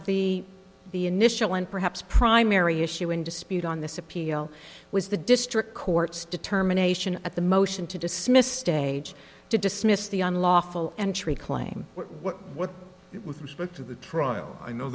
the the initial and perhaps primary issue in dispute on this appeal was the district court's determination at the motion to dismiss stage to dismiss the unlawful entry claim what with respect to the trial i know